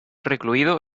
recluido